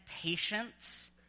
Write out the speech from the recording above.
patience